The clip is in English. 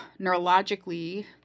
neurologically